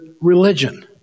religion